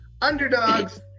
underdogs